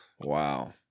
Wow